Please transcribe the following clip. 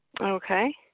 Okay